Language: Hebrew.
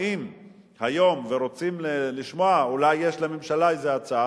למסור לטובת ניצולי השואה בישראל,